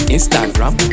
Instagram